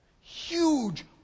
Huge